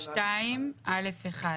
בסעיף 2(א)(1).